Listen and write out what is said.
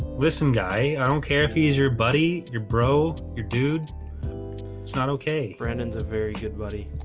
with some guy, i don't care if he's your buddy your bro your dude it's not. okay. brandon's a very good buddy